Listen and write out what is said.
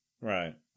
Right